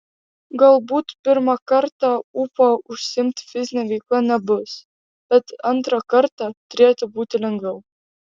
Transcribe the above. galbūt pirmą kartą ūpo užsiimti fizine veikla nebus bet antrą kartą turėtų būti lengviau